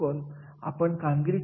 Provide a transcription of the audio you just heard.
जर कोणी चांगली कामगिरी करत असतील तर